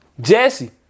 Jesse